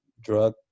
drug